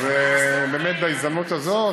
אז באמת בהזדמנות הזאת,